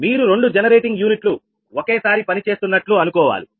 మీరు రెండు జనరేటింగ్ యూనిట్లు ఒకేసారి పనిచేస్తున్నట్లు అనుకోవాలి